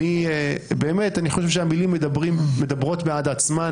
אני חושב שהמילים מדברות בעד עצמן.